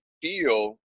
feel